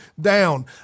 down